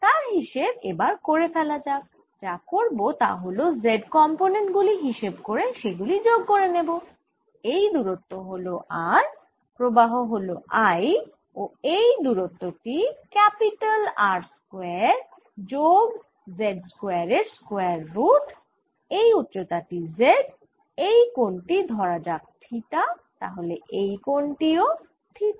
তার হিসেব এবার করে ফেলা যাক যা করব তা হল z কম্পোনেন্ট গুলি হিসেব করে সেগুলি যোগ করে নেব এই দুরত্ব হল r প্রবাহ হল I ও এই দুরত্ব টি R স্কয়ার যোগ z স্কয়ার এর স্কয়ার রুট এই উচ্চতা টি z এই কোণ টি ধরা যাক থিটা তাহলে এই কোণ টিও থিটা